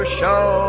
show